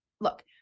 look